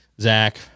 Zach